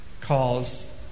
calls